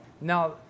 Now